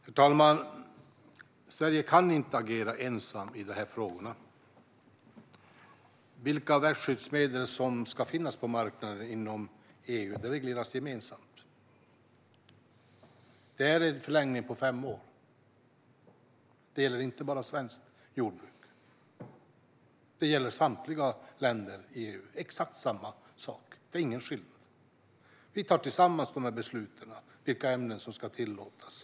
Herr talman! Sverige kan inte agera ensamt i de här frågorna. Vilka växtskyddsmedel som ska finnas på marknaden i EU regleras gemensamt. Det här gäller en förlängning på fem år. Och den gäller inte bara svenskt jordbruk. Exakt samma sak gäller samtliga länder i EU. Det är ingen skillnad. Besluten om vilka ämnen som ska tillåtas tar länderna tillsammans.